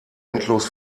endlos